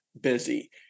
busy